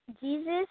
Jesus